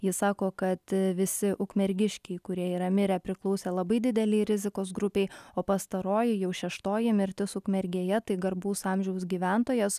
jis sako kad visi ukmergiškiai kurie yra mirę priklausė labai didelei rizikos grupei o pastaroji jau šeštoji mirtis ukmergėje tai garbaus amžiaus gyventojas